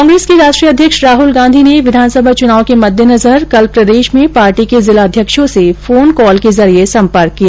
कांग्रेस के राष्ट्रीय अध्यक्ष राहल गांधी ने विधानसभा चुनाव के मददेनजर कल प्रदेश में पार्टी के जिला अध्यक्षों से फोन कॉल के जरिये संपर्क किया